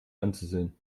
anzusehen